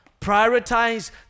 Prioritize